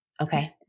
Okay